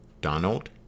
Donald